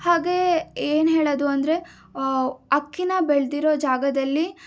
ಹಾಗೇ ಏನು ಹೇಳೋದು ಅಂದರೆ ಅಕ್ಕಿನ ಬೆಳೆದಿರೋ ಜಾಗದಲ್ಲಿ